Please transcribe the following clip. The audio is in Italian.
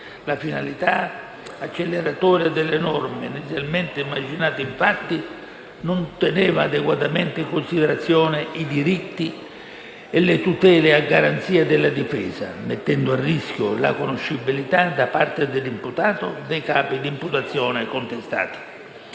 la finalità acceleratoria delle norme inizialmente immaginate, infatti, non teneva adeguatamente in considerazione i diritti e le tutele a garanzia della difesa, mettendo a rischio la conoscibilità, da parte dell'imputato, dei capi d'imputazione contestati.